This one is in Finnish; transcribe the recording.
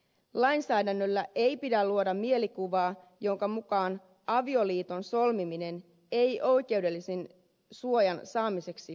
lainsäädännöllä ei pidä luoda mielikuvaa jonka mukaan avioliiton solmiminen ei oikeudellisen suojan saamiseksi olisi tarpeen